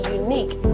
unique